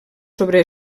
sobre